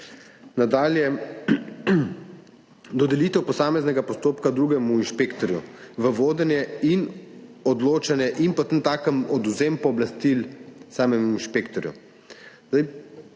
Nadalje. Dodelitev posameznega postopka drugemu inšpektorju v vodenje in odločanje in potem takem odvzem pooblastil samemu inšpektorju.